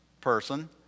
person